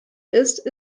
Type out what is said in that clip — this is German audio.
ist